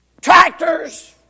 Tractors